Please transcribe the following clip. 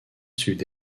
sud